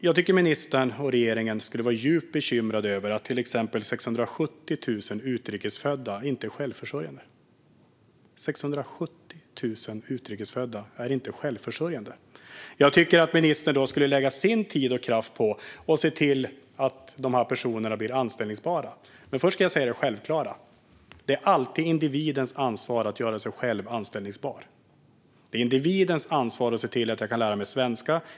Jag tycker att ministern och regeringen skulle vara djupt bekymrade över att till exempel 670 000 utrikesfödda inte är självförsörjande. Det är 670 000 utrikesfödda som inte är självförsörjande. Jag tycker att ministern skulle lägga sin tid och kraft åt att se till att de personerna blir anställbara. Först ska jag säga det självklara. Det är alltid individens ansvar att göra sig själv anställbar. Det är individens ansvar att se till att lära sig svenska.